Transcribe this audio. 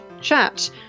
chat